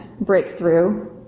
breakthrough